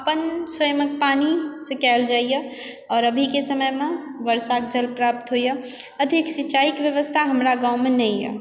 अपन स्वयंक पानीसँ कयल जाइए आओर अभीके समयमे वर्षाक जल प्राप्त होइए अधिक सिचाईके व्यवस्था हमरा गाँवमे नहिए